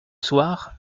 soir